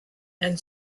and